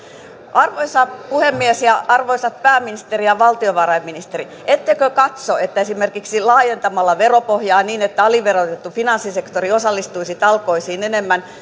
arvoisa puhemies ja arvoisat pääministeri ja valtiovarainministeri ettekö katso että esimerkiksi laajentamalla veropohjaa niin että aliverotettu finanssisektori osallistuisi talkoisiin enemmän